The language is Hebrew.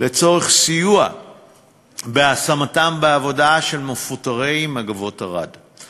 לצורך סיוע בהשמת מפוטרי "מגבות ערד" בעבודה.